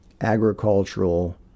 agricultural